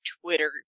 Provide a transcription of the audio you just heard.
Twitter